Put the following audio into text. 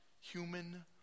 human